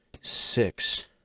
Six